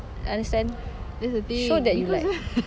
understand show that you like